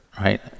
right